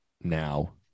now